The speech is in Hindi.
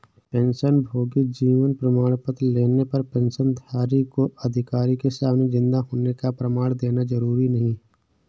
पेंशनभोगी जीवन प्रमाण पत्र लेने पर पेंशनधारी को अधिकारी के सामने जिन्दा होने का प्रमाण देना जरुरी नहीं